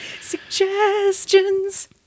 Suggestions